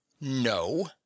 No